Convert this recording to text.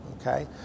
Okay